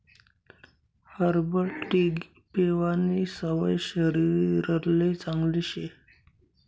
herbal tea पेवानी सवय शरीरले चांगली शे